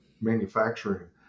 manufacturing